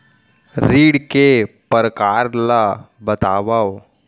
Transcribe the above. ऋण के परकार ल बतावव?